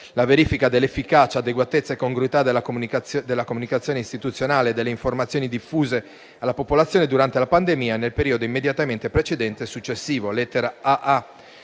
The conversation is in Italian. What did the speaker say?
la verifica dell'efficacia, adeguatezza e congruità della comunicazione istituzionale e delle informazioni diffuse alla popolazione durante la pandemia e nel periodo immediatamente precedente e successivo